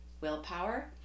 Willpower